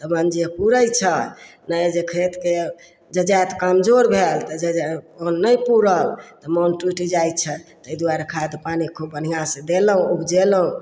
तऽ मोन जे पूरय छै ने जे खेतके जे जजाइत कमजोर भेल तऽ जे ओ नहि पूरल तऽ मोन टूटि जाइ छै तै दुआरे खाद पानि खूब बढ़िआँसँ देलहुँ उपजेलहुँ